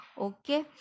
Okay